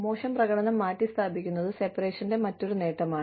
മോശം പ്രകടനം മാറ്റിസ്ഥാപിക്കുന്നത് സെപറേഷന്റെ മറ്റൊരു നേട്ടമാണ്